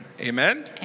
Amen